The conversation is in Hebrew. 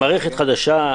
למערכת חדשה,